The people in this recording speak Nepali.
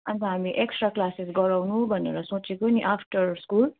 अन्त हामी एक्सट्रा क्लासेस गराउनु भनेर सोचेको नि आफ्टर स्कुल